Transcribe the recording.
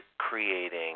creating